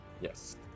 Yes